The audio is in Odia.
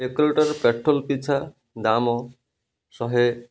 ଏକ ଲିଟର୍ ପେଟ୍ରୋଲ୍ ପିଛା ଦାମ୍ ଶହେ